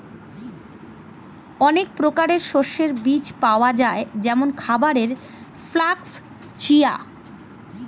অনেক প্রকারের শস্যের বীজ পাওয়া যায় যেমন খাবারের ফ্লাক্স, চিয়া